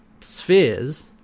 spheres